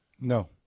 No